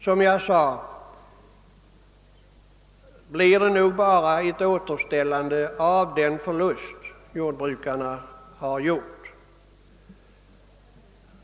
Som jag sade blir det troligen bara en kompensation för den förlust som jordbrukarna har gjort.